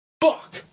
Fuck